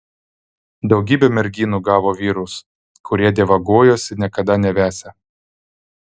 daugybė merginų gavo vyrus kurie dievagojosi niekada nevesią